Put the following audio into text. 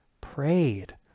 prayed